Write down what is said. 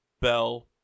Bell